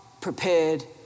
prepared